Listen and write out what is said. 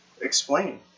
explain